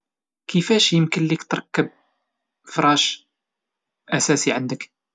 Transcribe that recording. كفاش امكن لك تركب فراش اساسي عندك؟